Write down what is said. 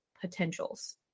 potentials